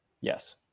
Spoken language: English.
Yes